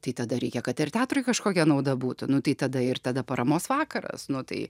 tai tada reikia kad ir teatrui kažkokia nauda būtų nu tai tada ir tada paramos vakaras nu tai